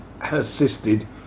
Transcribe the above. assisted